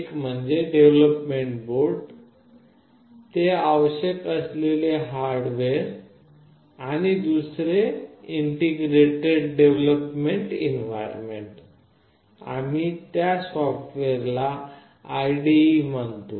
एक म्हणजे development board ते आवश्यक असलेले हार्डवेअर आहे आणि दुसरे इंटिग्रेटेड डेव्हलोपमेंट एन्व्हारमेन्ट आहे आम्ही त्या सॉफ्टवेअरला IDE म्हणतो